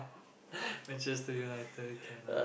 Manchester-United can lah